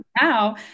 Now